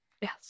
Yes